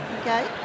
Okay